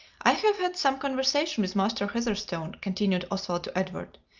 i have had some conversation with master heatherstone, continued oswald to edward.